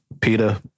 Peter